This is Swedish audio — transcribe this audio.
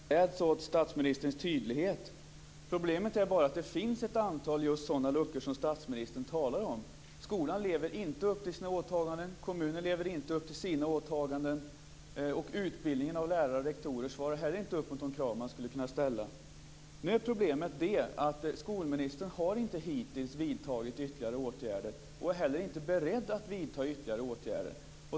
Herr talman! Jag gläds åt statsministerns tydlighet. Problemet är bara att det finns ett antal luckor just av det slag som statsministern talar om. Skolan lever inte upp till sina åtaganden, kommunen lever inte upp till sina åtaganden, och inte heller utbildningen av lärare och rektorer svarar mot de krav som man skulle kunna ställa. Problemet är att skolministern hittills inte har vidtagit ytterligare åtgärder och inte heller är beredd att vidta ytterligare åtgärder.